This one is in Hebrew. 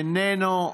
איננו.